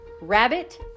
rabbit